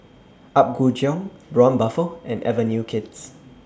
Apgujeong Braun Buffel and Avenue Kids